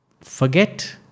forget